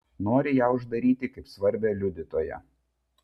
nori ją uždaryti kaip svarbią liudytoją